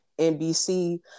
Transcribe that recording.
NBC